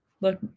look